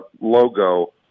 logo